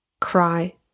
cry